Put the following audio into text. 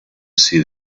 see